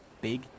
big